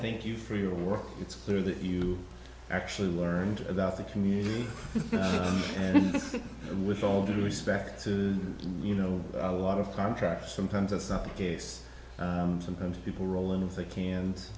think you for your work it's clear that you actually learned about the community and with all due respect to you know a lot of contracts sometimes that's not the case sometimes people rolling